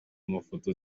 amafoto